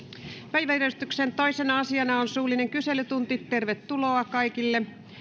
päiväjärjestyksen toisena asiana on suullinen kyselytunti tervetuloa kaikille